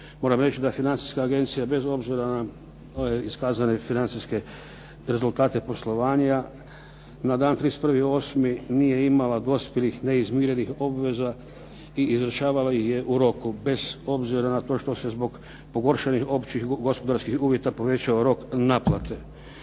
moram reći da Financijska agencija bez obzira na ove iskazane financijske rezultate poslovanja na dan 31.08. nije imala dospjelih neizmirenih obveza i izvršavala ih je u roku bez obzira na to što se zbog pogoršanih općih gospodarskih uvjeta povećao rok naplate.